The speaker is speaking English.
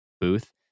booth